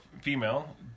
female